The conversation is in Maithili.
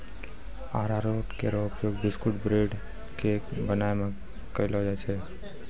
अरारोट केरो उपयोग बिस्कुट, ब्रेड, केक बनाय म कयलो जाय छै